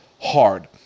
hard